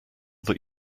that